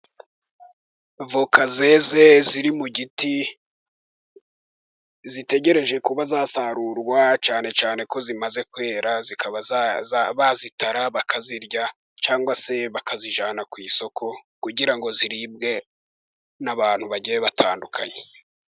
Voka zeze ziri mu giti, zitegereje kuba zasarurwa, cyane cyane ko zimaze kwera, zikaba bazitara bakazirya cyangwa se bakazijyana ku isoko, kugira ngo ziribwe n'abantu bagiye batandukanye.